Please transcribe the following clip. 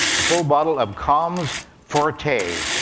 a full bottle of calms forte.